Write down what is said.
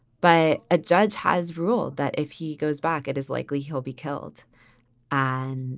but a judge has ruled that if he goes back, it is likely he'll be killed and